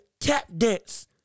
tap-dance